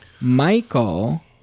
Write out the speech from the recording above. Michael